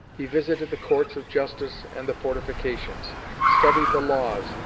he visited the courts of justice and the fortifications studied the laws,